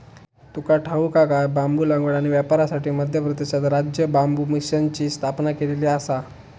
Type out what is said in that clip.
तुका ठाऊक हा काय?, बांबू लागवड आणि व्यापारासाठी मध्य प्रदेशात राज्य बांबू मिशनची स्थापना केलेली आसा